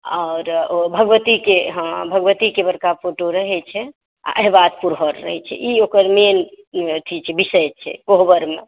आओर ओ भगवतीकेँ हँ भगवतीकेँ बड़का फोटो रहैत छै आ अहिबात पुरहर रहैत छै ई ओकर लेल अथी विषय छै कोहबरमे